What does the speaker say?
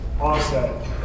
offset